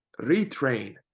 retrain